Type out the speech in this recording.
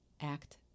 act